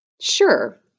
Sure